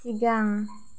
सिगां